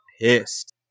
pissed